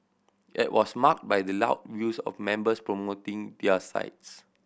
it was marked by the loud views of members promoting their sides